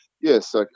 yes